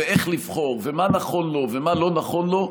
איך לבחור ומה נכון לו ומה לא נכון לו,